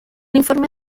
informe